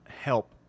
help